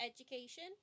education